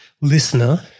listener